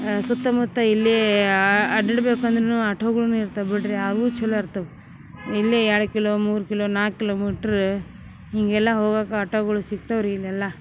ಸುತ್ತಮುತ್ತ ಇಲ್ಲೀ ಅಡ್ಯಾಡ ಬೇಕಂದರೂನು ಆಟೋಗಳ್ನು ಇರ್ತವ ಬಿಡ್ರಿ ಆವು ಛಲೋ ಇರ್ತವ್ ಇಲ್ಲೇ ಎರಡು ಕಿಲೋ ಮೂರು ಕಿಲೋ ನಾಲ್ಕು ಕಿಲೋಮೀಟ್ರ ಹೀಗೆಲ್ಲಾ ಹೋಗಾಕ ಆಟೋಗಳು ಸಿಗ್ತವ್ರೀ ಇಲ್ಲೆಲ್ಲ